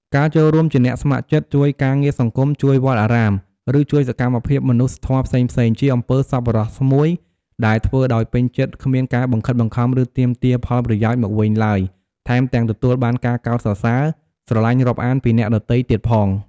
ការចូលរួមជាអ្នកស្ម័គ្រចិត្ត ជួយការងារសង្គម ជួយវត្តអារាម ឬជួយសកម្មភាពមនុស្សធម៌ផ្សេងៗ ជាអំពើសប្បុរសមួយដែលធ្វើដោយពេញចិត្ត គ្មានការបង្ខិតបង្ខំឫទាមទារផលប្រយោជន៍មកវិញទ្បើយ ថែមទាំងទទួលបានការកោតសរសើរ ស្រទ្បាញ់រាប់អានពីអ្នកដទៃទៀតផង។